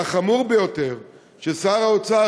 והחמור ביותר הוא ששר האוצר,